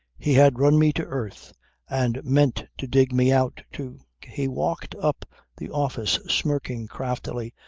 he had run me to earth and meant to dig me out too. he walked up the office smirking craftily,